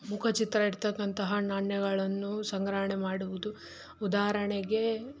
ಮುಖಚಿತ್ರ ಇಡ್ತಕ್ಕಂತಹ ನಾಣ್ಯಗಳನ್ನು ಸಂಗ್ರಹಣೆ ಮಾಡುವುದು ಉದಾಹರಣೆಗೆ